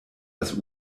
das